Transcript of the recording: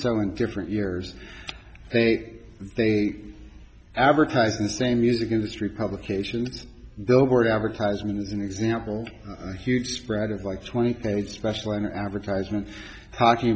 selling different years hey they advertise the same music industry publications billboard advertisement as an example huge spread of like twenty eight special an advertisement talking